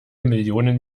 millionen